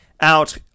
out